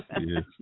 yes